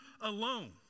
alone